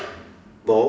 ball